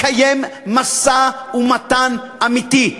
מתקיים משא-ומתן אמיתי.